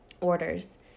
orders